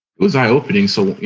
it was eye opening. so,